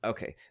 Okay